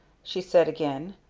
she said again,